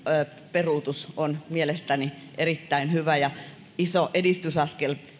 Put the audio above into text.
peruutus on mielestäni erittäin hyvä ja iso edistysaskel